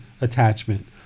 attachment